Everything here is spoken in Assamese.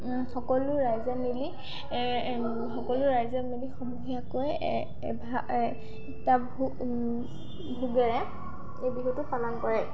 সকলো ৰাইজে মিলি সকলো ৰাইজে মিলি সমূহীয়াকৈ এভাগ এটা ভোগেৰে এই বিহুটো পালন কৰে